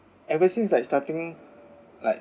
ever since like starting like